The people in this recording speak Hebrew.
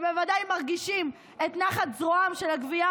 שבוודאי מרגישים את נחת זרועה של הגבייה